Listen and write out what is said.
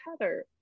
Heather